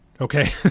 okay